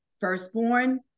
firstborn